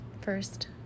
first